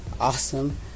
awesome